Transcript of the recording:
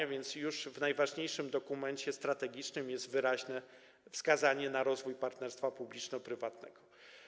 A więc już w najważniejszym dokumencie strategicznym jest wyraźne wskazanie na rozwój partnerstwa publiczno-prywatnego.